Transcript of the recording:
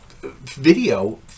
video